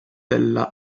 della